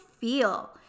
feel